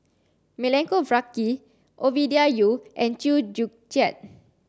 Milenko Prvacki Ovidia Yu and Chew Joo Chiat